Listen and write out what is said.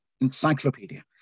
Encyclopedia